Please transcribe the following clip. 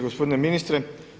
Gospodine ministre.